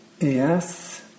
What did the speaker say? Yes